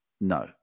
No